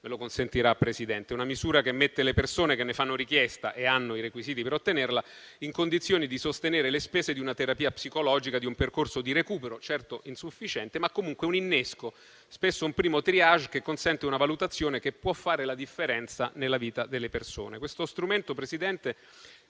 me lo consentirà, Presidente. Una misura che mette le persone, che ne fanno richiesta e hanno i requisiti per ottenerla, in condizioni di sostenere le spese di una terapia psicologica o di un percorso di recupero, certo insufficiente, ma comunque un innesco, spesso un primo *triage* che consente una valutazione che può fare la differenza nella vita delle persone. Mi consenta, Presidente,